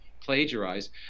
plagiarize